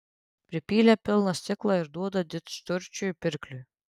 pripylė pilną stiklą ir duoda didžturčiui pirkliui